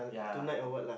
yeah